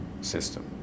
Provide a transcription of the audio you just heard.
system